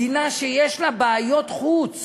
מדינה שיש לה בעיות חוץ